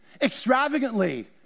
Extravagantly